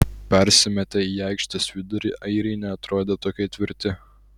persimetę į aikštės vidurį airiai neatrodė tokie tvirti